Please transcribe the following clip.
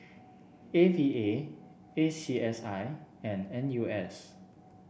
A V A A C S I and N U S